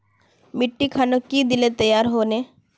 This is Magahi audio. मिट्टी खानोक की दिले तैयार होने?